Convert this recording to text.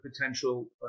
potential